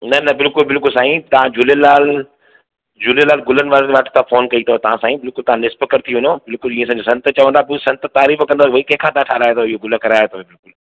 न न बिल्कुल बिल्कुल साईं तव्हां झूलेलाल झूलेलाल गुलनि वारे वटि फोन कई अथव तव्हां साईं बिल्कुलु तव्हां निस्पक थी वञो बिल्कुलु ईअं लॻे जीअं संत चवंदा संत तारीफ़ कंदा भई कंहिंखां त ठहाराइयो इए गुल करायो अथव